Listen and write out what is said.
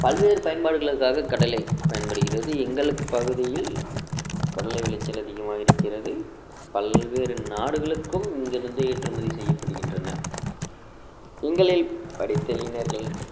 பல்வேறு பயன்பாடுகளுக்காக கடலை பயன்படுகிறது எங்கள் பகுதியில் கடலை விளைச்சல் அதிகமாக இருக்கிறது பல்வேறு நாடுகளுக்கும் இங்கிருந்து ஏற்றுமதி செய்யப்படுகின்றன எங்களில் படித்த இளைஞர்கள்